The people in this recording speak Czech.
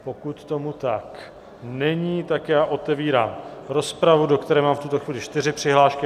Pokud tomu tak není, otevírám rozpravu, do které mám v tuto chvíli čtyři přihlášky.